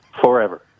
forever